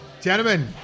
gentlemen